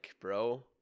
bro